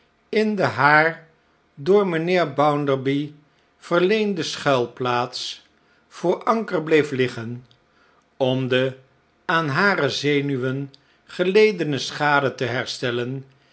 in de haar door mijnheerbounderbyverleendeschuilplaats voor anker bleef liggen om de aan hare zenuwen geledene schade te herstellen